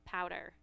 Powder